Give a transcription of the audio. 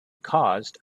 caused